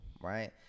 right